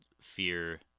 fear